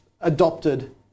adopted